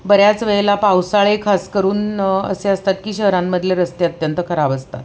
बऱ्याच वेळेला पावसाळे खास करून असे असतात की शहरांमधले रस्ते अत्यंत खराब असतात